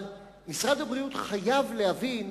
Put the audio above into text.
אבל משרד הבריאות חייב להבין,